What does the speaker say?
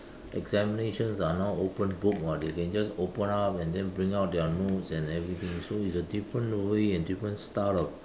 examinations are now open book [what] they can just open up and then bring out their notes and everything so it's a different way and different style of